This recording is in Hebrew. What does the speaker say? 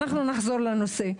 אנחנו נחזור לנושא,